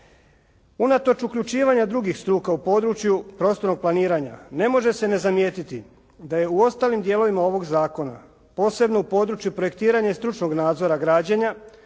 Unatoč uključivanja drugih struka u području prostornog planiranja ne može se ne zamijetiti da je u ostalim dijelovima ovog zakona, posebno u području projektiranja i stručnog nadzora građenja